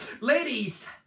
ladies